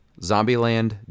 Zombieland